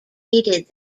aided